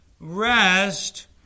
Rest